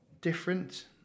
different